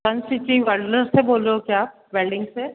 सन city से बोल रहे हो क्या वैल्डिंग से